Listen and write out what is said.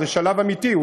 וזה שלב אמיתי,